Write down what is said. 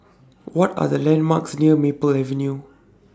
What Are The landmarks near Maple Avenue